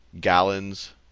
gallons